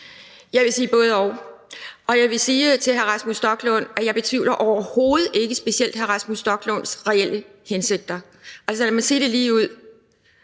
Jeg vil sige både-og. Og jeg vil sige til hr. Rasmus Stoklund, at jeg overhovedet ikke betvivler specielt hr. Rasmus Stoklunds reelle hensigter. Altså, lad mig sige det ligeud